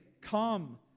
come